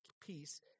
peace